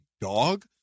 dog